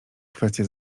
kwestię